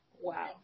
Wow